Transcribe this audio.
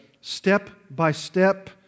step-by-step